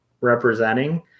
representing